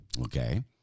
Okay